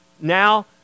now